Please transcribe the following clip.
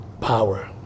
power